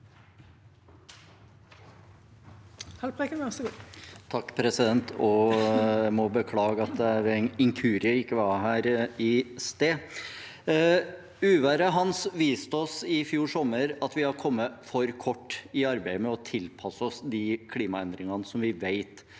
(SV) Jeg må beklage at jeg ved en inkurie ikke var her i stad. Uværet Hans viste oss i fjor sommer at vi har kommet for kort i arbeidet med å tilpasse oss de klimaendringene som vi vet